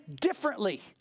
differently